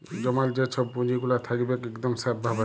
জমাল যে ছব পুঁজিগুলা থ্যাকবেক ইকদম স্যাফ ভাবে